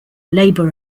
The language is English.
labour